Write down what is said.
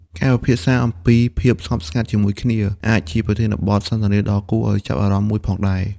ការពិភាក្សាអំពីភាពស្ងប់ស្ងាត់ជាមួយគ្នា អាចជាប្រធានបទសន្ទនាដ៏គួរឱ្យចាប់អារម្មណ៍មួយផងដែរ។